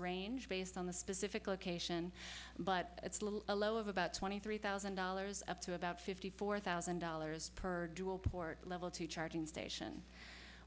arranged based on the specific location but it's a little low of about twenty three thousand dollars up to about fifty four thousand dollars per level two charging station